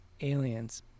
Aliens